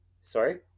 Sorry